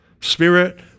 Spirit